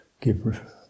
give